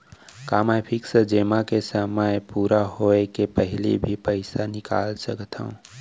का मैं फिक्स जेमा के समय पूरा होय के पहिली भी पइसा निकाल सकथव?